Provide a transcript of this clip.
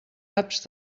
apps